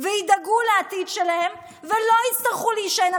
וידאגו לעתיד שלהם ולא יצטרכו להישען על